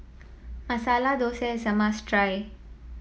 Masala Thosai is a must try